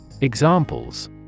Examples